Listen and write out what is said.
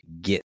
get